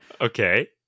Okay